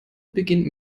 beginnt